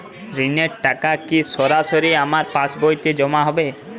ঋণের টাকা কি সরাসরি আমার পাসবইতে জমা হবে?